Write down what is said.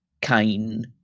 Kane